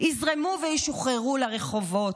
יזרמו וישוחררו לרחובות.